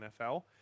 NFL